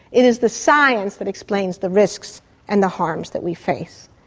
it is the science that explains the risks and the harms that we face.